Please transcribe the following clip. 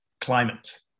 climate